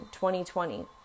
2020